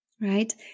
right